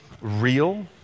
real